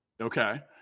Okay